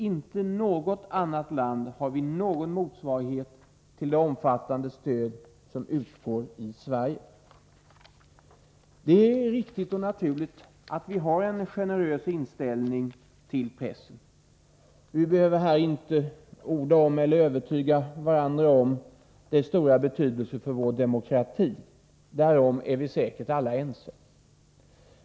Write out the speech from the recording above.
I inget annat land har vi någon motsvarighet till det omfattande stöd som utgår i Sverige. Det är riktigt och naturligt att vi har en generös inställning till pressen. Vi behöver här inte försöka övertyga varandra om dess stora betydelse för vår demokrati — därom är vi säkert alla ense.